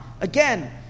again